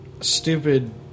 stupid